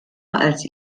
als